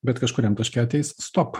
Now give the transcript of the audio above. bet kažkuriam taške ateis stop